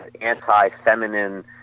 anti-feminine